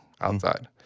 outside